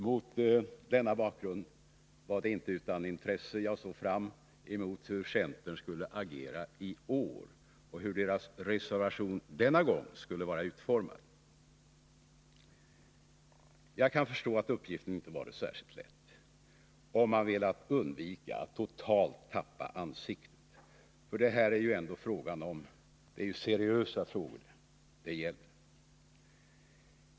Mot denna bakgrund var det inte utan intresse jag såg fram emot hur centern skulle agera i år och hur reservationen denna gång skulle vara utformad. Jag kan förstå att uppgiften inte varit särdeles lätt, om man velat undvika att totalt tappa ansiktet. Det är ju ändå seriösa frågor det gäller.